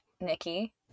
nikki